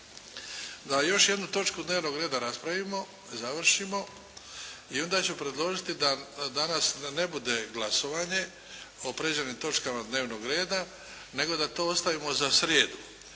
Da još jednu točku dnevnog reda raspravimo, završimo i onda ću predložiti da danas ne bude glasovanje o prijeđenim točkama dnevnog reda nego da to ostavimo za srijedu,